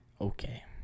Okay